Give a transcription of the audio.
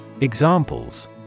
Examples